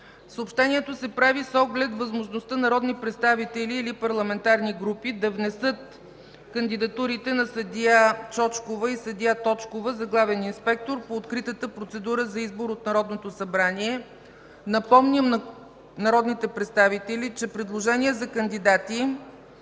Съобщението се прави с оглед възможността народни представители или парламентарни групи да внесат кандидатурите на съдия Чочкова и съдия Точкова за главен инспектор по откритата процедура за избор от Народното събрание. Напомням на народните представители, че предложения за кандидати